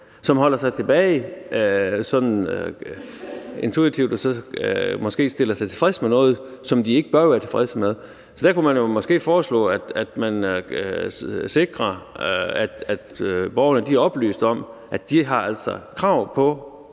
som holder sig tilbage sådan intuitivt og måske stiller sig tilfreds med noget, som de ikke bør være tilfredse med. Så der kunne man jo måske foreslå, at de sikrer, at borgerne er oplyst om, at de altså har krav på,